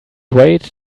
wait